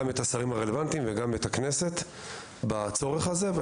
השרים הרלוונטיים ואת הכנסת בצורך הזה.